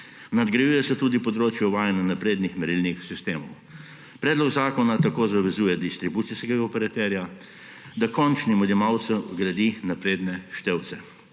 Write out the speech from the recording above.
Nadgrajuje se tudi področje uvajanja naprednih merilnih sistemov. Predlog zakona tako zavezuje distribucijskega operaterja, da končnim odjemalcem vgradi napredne števce,